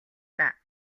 даа